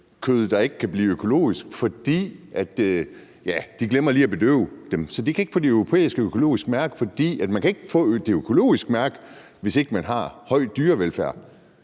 halalkød, der ikke kan blive økologisk, fordi de lige glemmer at bedøve dem, så de kan ikke få det europæiske økologiske mærke, for man kan ikke få det økologiske mærke, hvis ikke man har høj dyrevelfærd.